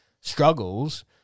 struggles